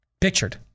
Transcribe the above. Pictured